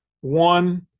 One